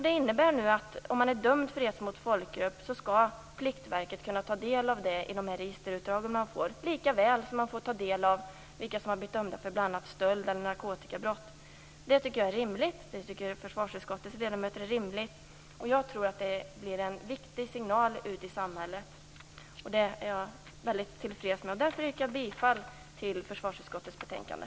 Det innebär att om man är dömd för hets mot folkgrupp skall Pliktverket kunna ta del av det i de registerutdrag man får lika väl som man får ta del av vilka som har blivit dömda för bl.a. stöld eller narkotikabrott. Det tycker jag är rimligt. Det tycker försvarsutskottets ledamöter är rimligt. Jag tror att det blir en viktig signal ut i samhället. Det är jag mycket till freds med. Därför yrkar jag bifall till försvarsutskottets betänkande.